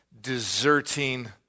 deserting